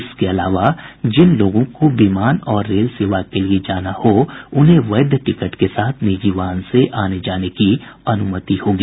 इसके अलावा जिन लोगों को विमान और रेल सेवा के लिए जाना हो उन्हें वैध टिकट के साथ निजी वाहन से आनेजाने की अनुमति होगी